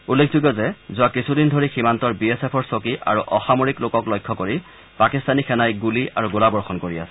উল্লেখযোগ্য যে যোৱা কিছুদিন ধৰি সীমান্তৰ বি এছ এফৰ চকী আৰু অসামৰিক লোকক লক্ষ্য কৰি পাকিস্তানী সেনাই গুলী আৰু গোলবৰ্ষণ কৰি আছে